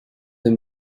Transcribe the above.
the